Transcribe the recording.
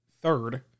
third